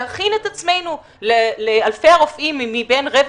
להכין את עצמו לאלפי הרופאים מבין רבע